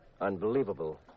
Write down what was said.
unbelievable